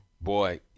Boy